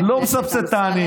אתה לא מסבסד את העניים,